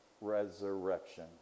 resurrection